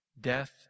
Death